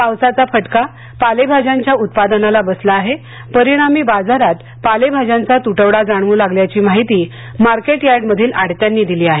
पावसाचा फटका पालेभाज्यांच्या उत्पादनाला बसला आहे परिणामी बाजारात पालेभाज्यांचा तुटवडा जाणवू लागला आहे अशी माहिती मार्केटयार्ड मधील आडत्यांनी दिली आहे